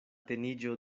teniĝo